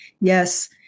Yes